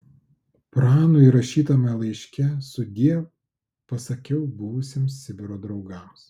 pranui rašytame laiške sudiev pasakiau buvusiems sibiro draugams